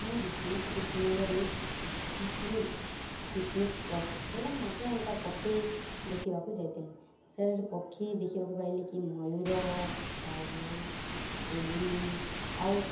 ମୁଁ ଗ୍ରୀଷ୍ମ ଛୁଟି ସମୟରେ କିଛି ପିକ୍ନିକ୍ ସ୍ପଟ୍ ବଲେ ମଧ୍ୟନ୍ତା ପକ୍ଷୀ ଦେଖିବାକୁ ଯାଇଥିଲି ସେଠାରେ ପକ୍ଷୀ ଦେଖିବାକୁ ପାଇଲି କି ମୟୂର କାଉ କୋଇଲି ଆଉ